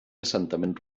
assentament